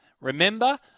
Remember